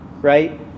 right